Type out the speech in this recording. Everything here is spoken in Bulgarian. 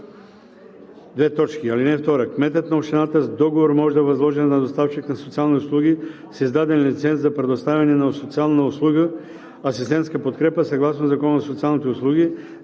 се изменя така: „(2) Кметът на общината с договор може да възложи на доставчик на социални услуги с издаден лиценз за предоставяне на социална услуга асистентска подкрепа, съгласно Закона за социалните услуги,